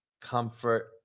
comfort